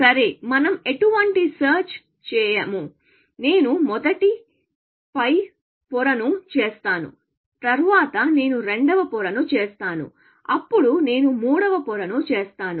సరే మనం ఎటువంటి సెర్చ్ చేయము నేను మొదట పై పొరను చేస్తాను తర్వాత నేను రెండవ పొరను చేస్తాను అప్పుడు నేను మూడవ పొరను చేస్తాను